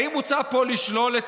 האם מוצע פה לשלול,